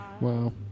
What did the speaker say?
Wow